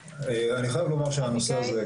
אני חייב לומר שהנושא הזה,